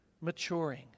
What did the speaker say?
maturing